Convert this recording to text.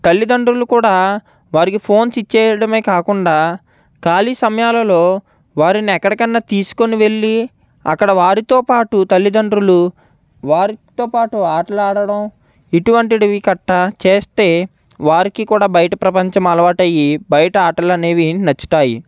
తల్లిదండ్రులు కూడా వారికి ఫోన్స్ ఇచ్చేయడమే కాకుండా ఖాళీ సమయాలలో వారిని ఎక్కడికైనా తీసుకుని వెళ్లి అక్కడ వారితో పాటు తల్లితండ్రులు వారితో పాటు ఆటలు ఆడడం ఇటువంటిటివి కట్ట చేస్తే వారికి కూడా బయట ప్రపంచం అలవాటు అయ్యి బయట ఆటలు అనేవి నచ్చుతాయి